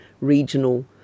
regional